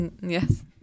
Yes